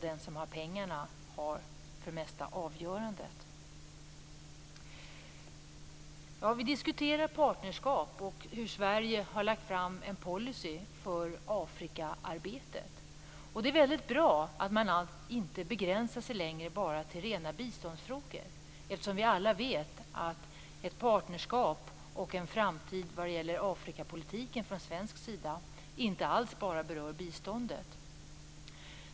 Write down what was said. Den som har pengarna har för det mesta avgörandet. Vi diskuterar partnerskap och hur Sverige har lagt fram en policy för Afrikaarbetet. Det är mycket bra att man inte längre begränsar sig till rena biståndsfrågor, eftersom vi alla vet att ett partnerskap och den framtida Afrikapolitiken från svensk sida inte alls bara berör biståndet.